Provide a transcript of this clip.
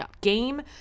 game